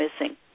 missing